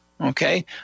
Okay